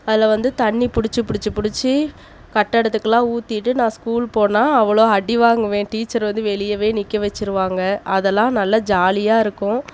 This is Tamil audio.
அதில் வந்து தண்ணி பிடிச்சி பிடிச்சி பிடிச்சி கட்டடத்துக்கெல்லாம் ஊத்திவிட்டு நான் ஸ்கூல் போனால் அவ்வளோ அடி வாங்குவேன் டீச்சர் வந்து வெளியவே நிற்க வச்சிடுவாங்க அதலாம் நல்லா ஜாலியாக இருக்கும்